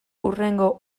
hurrengo